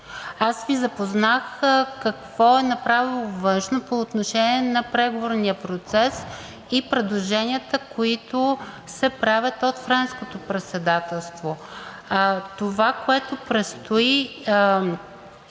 аз Ви запознах какво е направило Външно по отношение на преговорния процес и предложенията, които се правят от Френското председателство. Това, което предстои,